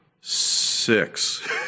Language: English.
six